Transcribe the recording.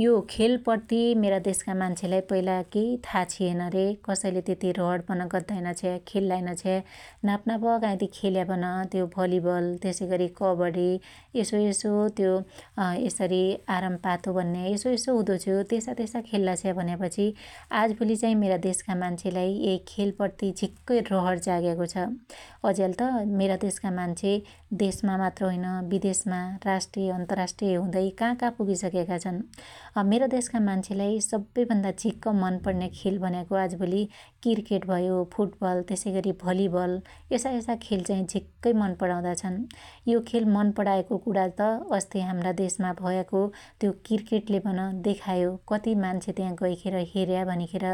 यो खेल प्रति मेरा देशका मान्छेलाई पइला कइ था छिएन रे कसैले त्यति रहण पनि गद्दाईन छिया खेल्लाईन छिया । नापनाप काईथि खेल्यापन त्यो भलिबल त्यसैगरी कबडी यसो यसो त्यो यसरी आरमपातो भन्या यसो यसो हुदो छियो त्यसा त्यसा खेल्ला छिया भन्यापछि आज भोली चाहि मेरा देशका मान्छेलाई यै खेल प्रति झिक्कै रहण जाग्याको छ । अज्याल त मेरा देशका मान्छे देशमाा मात्र हाईन विदेशमा राष्टिय अन्तराष्टिय हुदै काका पुगिसक्याका छन् । मेरा देशका मान्छेला सब्बै भन्दा झिक्क मन पड्न्या खेल भन्याको आजभोली क्रिकेट भो फुटबल त्यसैगरी भलिबल यसा यसा खेलचाहि झिक्कै मन पणाउदा छन् । यो खेल मन पणायाको कुणा त अस्ति हाम्रा देशमा भयाको त्यो क्रिकेटले पन देखायो कति मान्छे त्या गैखेर हेर्याभनिखेर